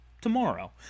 tomorrow